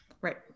Right